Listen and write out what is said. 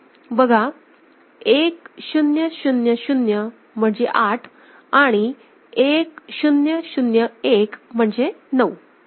तर बघा 1000 म्हणजे 8 आणि 1001 म्हणजे 9